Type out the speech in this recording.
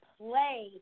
play